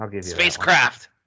spacecraft